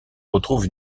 retrouve